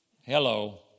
Hello